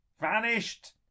vanished